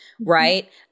Right